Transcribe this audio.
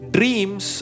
Dreams